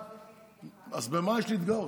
אז במה יש להתגאות?